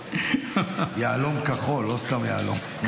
יהלום כחול, לא סתם יהלום.